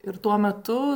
ir tuo metu